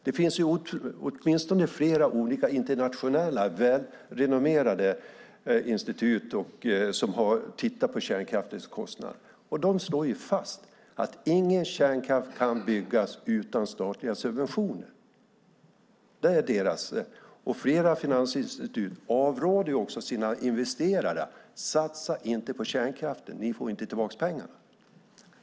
Det finns åtminstone flera olika internationella välrenommerade institut som har tittat på kärnkraftens kostnad, och de slår fast att ingen kärnkraft kan byggas utan statliga subventioner. Flera finansinstitut avråder också sina investerare från att satsa på kärnkraften, för de får inte tillbaka pengarna.